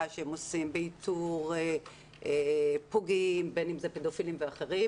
שהם עושים באיתור פוגעים בין אם אלה פדופילים ואחרים